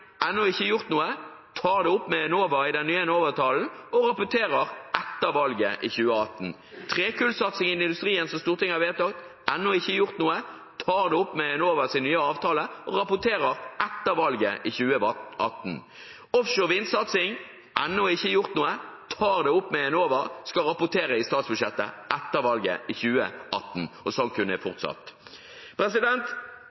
ennå ikke gjort noe – ta det opp med Enova i den nye Enova-avtalen og rapporter etter valget, i 2018. Trekullsatsing i industrien som Stortinget har vedtatt – der er det ennå ikke gjort noe, ta det opp med Enovas nye avtale og rapporter etter valget, i 2018. Offshore vindsatsing er det ennå ikke gjort noe med – ta det opp med Enova, rapporter i statsbudsjettet etter valget, i 2018. Sånn kunne